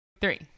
Three